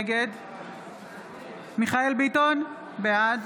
נגד מיכאל מרדכי ביטון, בעד